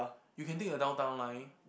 you can take the Downtown Line